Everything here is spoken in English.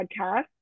podcast